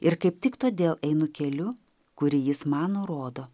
ir kaip tik todėl einu keliu kurį jis mano nurodo